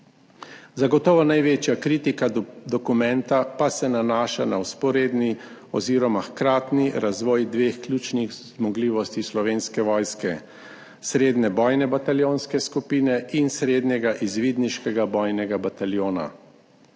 Zagotovo največja kritika dokumenta pa se nanaša na vzporedni oziroma hkratni razvoj dveh ključnih zmogljivosti Slovenske vojske, srednje bojne bataljonske skupine in srednjega izvidniškega bojnega bataljona.